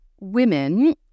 women